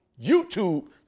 YouTube